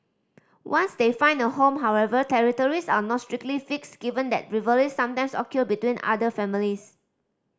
once they find a home however territories are not strictly fixed given that rivalries sometimes occur between otter families